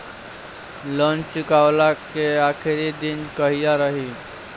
ऋण चुकव्ला के आखिरी दिन कहिया रही?